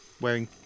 wearing